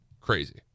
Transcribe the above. crazy